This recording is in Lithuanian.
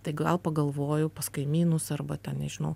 tai gal pagalvoju pas kaimynus arba ten nežinau